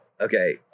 okay